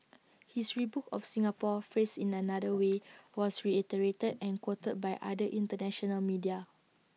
his rebuke of Singapore phrased in another way was reiterated and quoted by other International media